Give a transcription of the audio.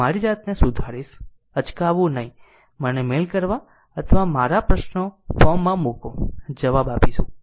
હું મારી જાતને સુધારિશ અચકાવું નહીં મને મેઇલ કરવા અથવા પ્રશ્નો ફોરમમાં મૂકો જવાબ આપીશું